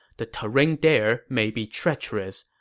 the terrain there may be treacherous,